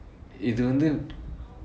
இது வந்து:ithu vanthu